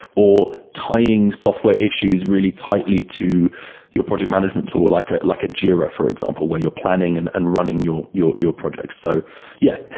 or tying software issues really tightly to your project management tool, like ah like a jira, for example, where you're planning and and running you your your projects. so yeah,